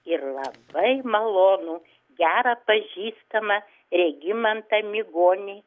ir labai malonų gerą pažįstamą regimantą mygonį